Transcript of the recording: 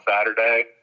Saturday